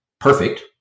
perfect